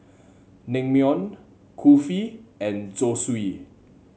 Naengmyeon Kulfi and Zosui